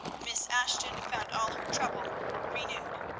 miss ashton found all her trouble renewed.